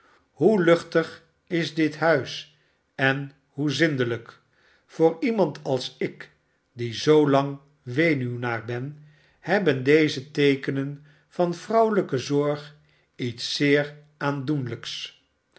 hoe luchtig is dit huis en hoe zindelijk voor iemand als ik die zoolang weduwnaar ben hebben deze teekenen van vrouwelijke zorg iets zeer aandoenlijks